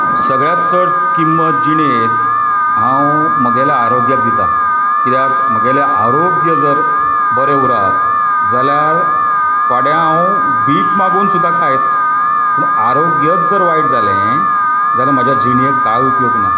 सगळ्यांत चड किंमत जिणेंत हांव म्हगेल्या आरोग्याक दिता कित्याक म्हगेले आरोग्य जर बरें उरत जाल्यार फाल्यां हांव भिक मागोन सुद्दां खायत पूण आरोग्यच जर वायट जालें जाल्यार म्हाज्या जिणेक कांय उपयोग ना